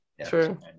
True